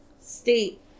State